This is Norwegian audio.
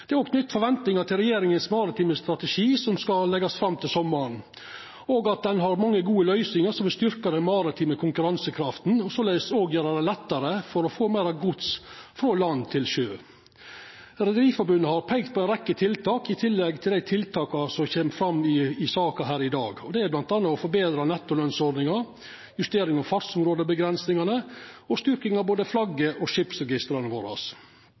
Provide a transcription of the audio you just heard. Det er òg knytt forventningar til regjeringa sin maritime strategi som skal leggjast fram til sommaren, og at denne strategien har mange gode løysingar som vil styrkja den maritime konkurransekrafta og såleis òg gjera det lettare å få meir gods frå land til sjø. Rederiforbundet har peikt på ei rekkje tiltak i tillegg til dei tiltaka som kjem fram i saka her i dag. Det er m.a. å forbetra nettolønsordninga, justering av fartsområdeavgrensingane og styrking av både flagget og